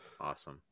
Awesome